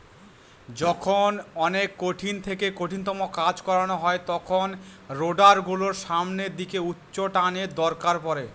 যখন অনেক কঠিন থেকে কঠিনতম কাজ করানো হয় তখন রোডার গুলোর সামনের দিকে উচ্চটানের দরকার পড়ে